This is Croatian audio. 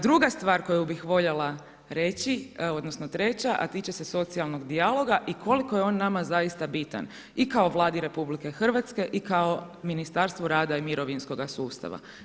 Druga stvar koju bih voljela reći, odnosno treća, a tiče se socijalnog dijaloga i koliko je on nama zaista bitan i kao Vladi RH i kao Ministarstvu rada i mirovinskoga sustava.